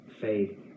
faith